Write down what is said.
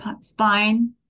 spine